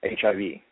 HIV